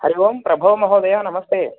हरिः ओं प्रभव् महोदय नमस्ते